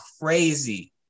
crazy